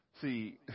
See